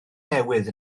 newydd